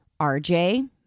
RJ